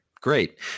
great